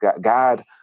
God